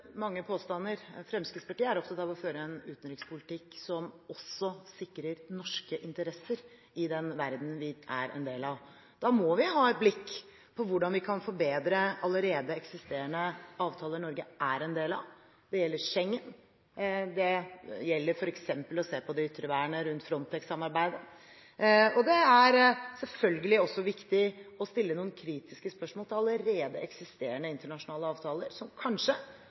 mange påstander. Fremskrittspartiet er opptatt av å føre en utenrikspolitikk som også sikrer norske interesser i den verden vi er en del av. Da må vi ha et blikk på hvordan vi kan forbedre allerede eksisterende avtaler som Norge er del av. Det gjelder Schengen, og det gjelder f.eks. å se på det ytre vernet i Frontex-samarbeidet. Det er selvfølgelig også viktig å stille noen kritiske spørsmål til allerede eksisterende internasjonale avtaler, som kanskje